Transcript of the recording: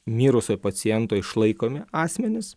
mirusio paciento išlaikomi asmenys